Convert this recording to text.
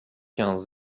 quinze